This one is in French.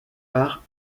part